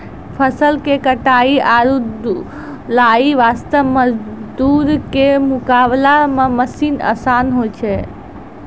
फसल के कटाई आरो ढुलाई वास्त मजदूर के मुकाबला मॅ मशीन आसान होय छै